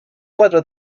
cuatro